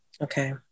Okay